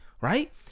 right